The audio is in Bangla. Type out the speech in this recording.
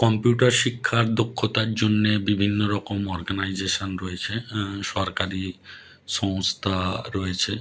কম্পিউটার শিক্ষা দক্ষতার জন্যে বিভিন্ন রকম অর্গানাইজেশান রয়েছে সরকারি সংস্থা রয়েছে